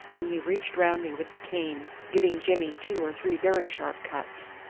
and he reached round me with the cane, giving jimmy two or three very sharp cuts.